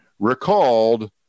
recalled